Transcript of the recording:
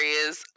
areas